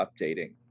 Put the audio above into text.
updating